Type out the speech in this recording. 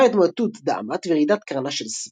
לאחר התמוטטות דעמת וירידת קרנה של סבא,